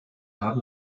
haben